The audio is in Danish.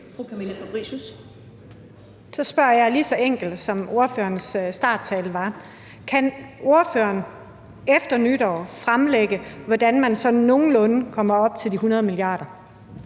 Så spørger jeg lige så kort, som ordførerens tale var: Kan ordføreren efter nytår fremlægge, hvordan man sådan nogenlunde kommer op på de 100 mia. kr.?